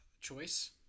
choice